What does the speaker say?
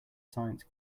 science